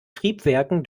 triebwerken